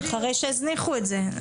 אחרי שהזניחו את זה.